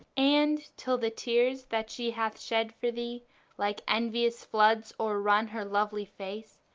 and, till the tears that she hath shed for thee like envious floods o'er-run her lovely face,